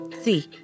See